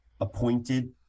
appointed